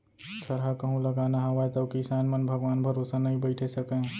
थरहा कहूं लगाना हावय तौ किसान मन भगवान भरोसा नइ बइठे सकयँ